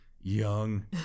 young